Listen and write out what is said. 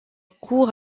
cour